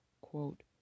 quote